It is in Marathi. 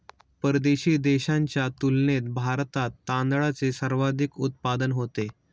परदेशी देशांच्या तुलनेत भारतात तांदळाचे सर्वाधिक उत्पादन होते